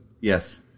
Yes